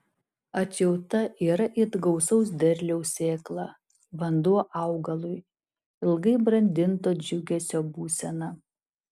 atjauta yra it gausaus derliaus sėkla vanduo augalui ilgai brandinto džiugesio būsena